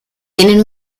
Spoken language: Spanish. tienen